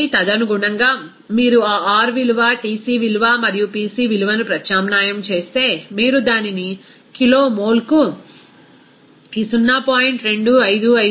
కాబట్టి తదనుగుణంగా మీరు ఆ R విలువ Tc విలువ మరియు Pc విలువను ప్రత్యామ్నాయం చేస్తే మీరు దానిని కిలోమోల్కు ఈ 0